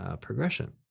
progression